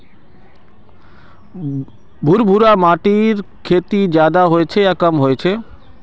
भुर भुरा माटिर खेती ज्यादा होचे या कम होचए?